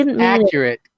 accurate